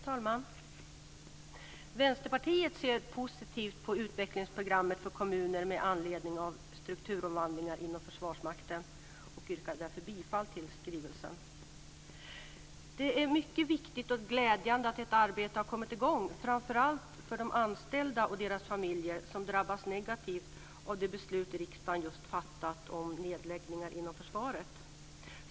Fru talman! Vänsterpartiet ser positivt på utvecklingsprogrammet för kommuner med anledning av strukturomvandlingar inom Försvarsmakten. Jag yrkar därför bifall till utskottets hemställan med anledning av skrivelsen. Det är mycket viktigt och glädjande att detta arbete har kommit i gång, framför allt för de anställda och deras familjer som drabbas negativt av det beslut som riksdagen just fattat om nedläggningar inom försvaret.